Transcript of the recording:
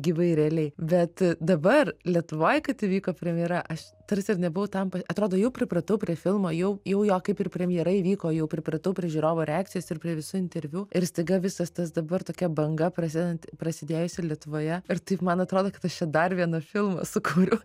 gyvai realiai bet dabar lietuvoj kad įvyko premjera aš tarsi ir nebuvau tam atrodo jau pripratau prie filmo jau jau jo kaip ir premjera įvyko jau pripratau prie žiūrovų reakcijos ir prie visų interviu ir staiga visas tas dabar tokia banga prasidedant prasidėjusi lietuvoje ir taip man atrodo kad aš dar vieną filmą sukūriau